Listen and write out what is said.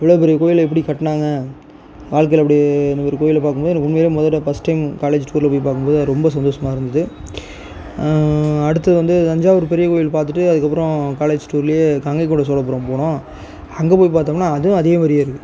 இவ்வளோ பெரிய கோயிலை எப்படி கட்டினாங்க வாழ்க்கையில் எப்படி இந்த மேரி கோயிலை பார்க்கும்போது எனக்கு உண்மையிலயே முத தடவை ஃபர்ஸ்ட் டைம்மு காலேஜ் டூரில் போய் பார்க்கும்போது அது ரொம்ப சந்தோசமாக இருந்துது அடுத்து வந்து தஞ்சாவூர் பெரியக்கோயில் பார்த்துட்டு அதற்கப்பறம் காலேஜ் டூர்லையே கங்கைகொண்ட சோழபுரம் போனோம் அங்கே போய் பார்த்தோம்ன்னா அதுவும் அதே மேரியே இருக்கு